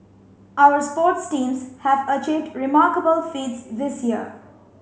our sports teams have achieved remarkable feats this year